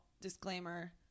Disclaimer